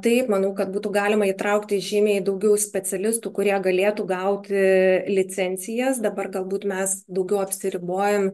taip manau kad būtų galima įtraukti žymiai daugiau specialistų kurie galėtų gauti licencijas dabar galbūt mes daugiau apsiribojam